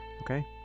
okay